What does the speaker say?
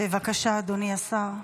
בבקשה, אדוני השר.